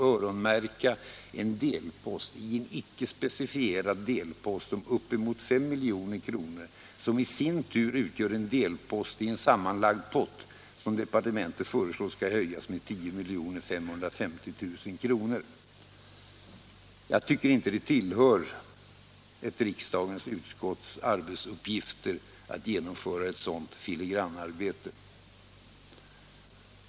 öronmärka en delpost i en icke specificerad delpost om uppemot 5 milj.kr., som i sin tur utgör en delpost i en sammanlagd pott som departementet föreslår skall höjas med 10 550 000 kr. Jag tycker inte det tillhör ett riksdagens utskotts arbetsuppgifter att genomföra sådant filigranarbete.